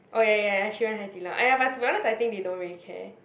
oh ya ya ya she went Hai-Di-Lao !aiya! but to be honest I think they don't really care